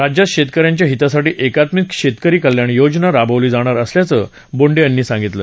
राज्यात शेतकऱ्यांच्या हितासाठी एकात्मिक शेतकरी कल्याण योजना राबवली जाणार असल्याचं बोंडे यांनी सांगितलं